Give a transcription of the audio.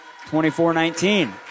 24-19